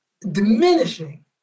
diminishing